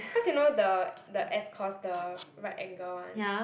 cause you know the the S course the right angle one